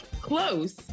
Close